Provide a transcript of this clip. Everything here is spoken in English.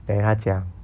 then 他讲